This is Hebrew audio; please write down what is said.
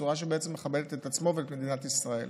בצורה שבעצם מכבדת אותו ואת מדינת ישראל.